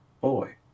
boy